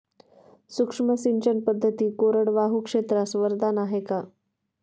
सूक्ष्म सिंचन पद्धती कोरडवाहू क्षेत्रास वरदान आहे का?